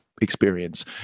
experience